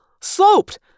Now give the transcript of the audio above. Sloped